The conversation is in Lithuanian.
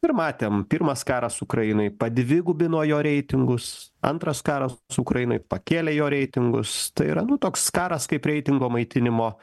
ir matėm pirmas karas ukrainai padvigubino jo reitingus antras karas ukrainoj pakėlė jo reitingus tai yra nu toks karas kaip reitingo maitinimo